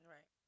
Right